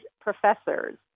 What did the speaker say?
professors